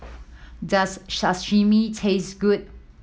does Sashimi taste good